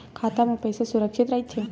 खाता मा पईसा सुरक्षित राइथे?